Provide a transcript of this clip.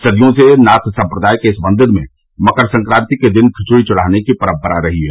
सदियों से नाथ सम्प्रदाय के इस मंदिर में मकर संक्रांति के दिन खिचड़ी चढ़ाने की परम्परा रही है